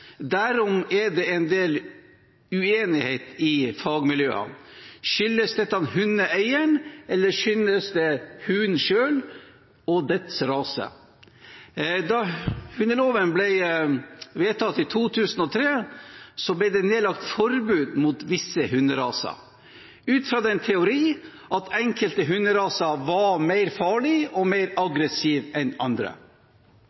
derom er det en del uenighet i fagmiljøene. Skyldes dette hundeeieren, eller skyldes det hunden og hundens rase? Da hundeloven ble vedtatt i 2003, ble det nedlagt forbud mot visse hunderaser, ut fra den teori at enkelte hunderaser var mer farlige og mer